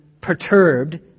perturbed